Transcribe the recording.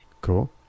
Cool